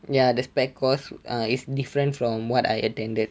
ya the spec course err is different from what I attended